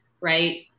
Right